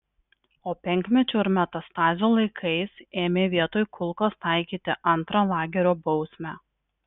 o penkmečių ir metastazių laikais ėmė vietoj kulkos taikyti antrą lagerio bausmę